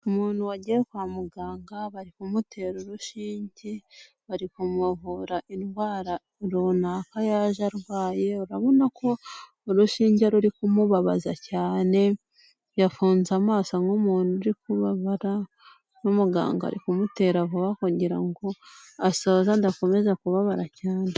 Umuntu wagiye kwa muganga bari kumutera urushinge, bari kumuvura indwara runaka yaje arwaye, urabona ko urushinge ruri kumubabaza cyane, yafunze amaso nk'umuntu uri kubabara n'umuganga ari kumutera vuba kugira ngo asoze adakomeza kubabara cyane.